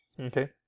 Okay